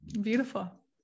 Beautiful